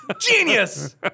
Genius